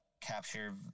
capture